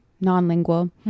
non-lingual